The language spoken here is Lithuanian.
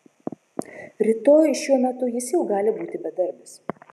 rytoj šiuo metu jis jau gali būti bedarbis